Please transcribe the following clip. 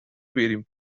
بریم